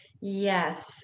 yes